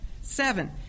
Seven